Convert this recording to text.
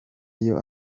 iyo